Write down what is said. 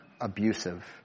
abusive